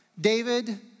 David